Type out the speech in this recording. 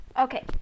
Okay